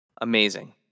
Amazing